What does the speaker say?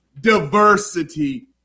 diversity